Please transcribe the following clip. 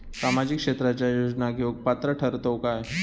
सामाजिक क्षेत्राच्या योजना घेवुक पात्र ठरतव काय?